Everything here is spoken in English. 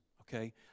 Okay